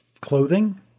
clothing